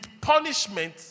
punishment